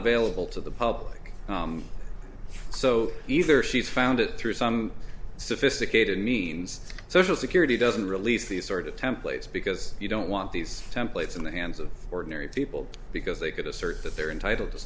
available to the public so either she's found it through some sophisticated means social security doesn't release these sort of templates because you don't want these templates in the hands of ordinary people because they could assert that they're entitled to